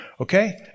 Okay